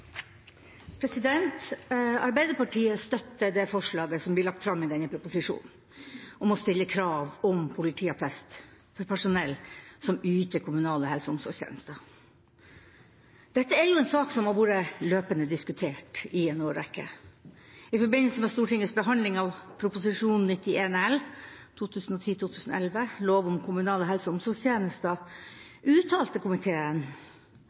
dag. Arbeiderpartiet støtter det forslaget som blir lagt fram i denne proposisjonen om å stille krav om politiattest for personell som yter kommunale helse- og omsorgstjenester. Dette er en sak som har vært løpende diskutert i en årrekke. I forbindelse med Stortingets behandling av Prop. 91 L for 2010–2011, Lov om kommunale helse- og omsorgstjenester, uttalte komiteen